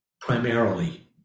primarily